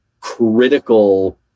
critical